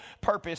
purpose